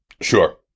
Sure